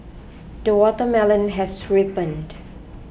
the watermelon has ripened